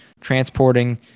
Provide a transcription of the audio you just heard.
transporting